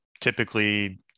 typically